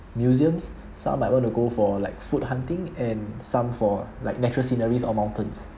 museums some might want to go for like food hunting and some for like natural sceneries or mountains